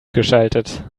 geschaltet